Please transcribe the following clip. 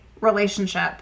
relationship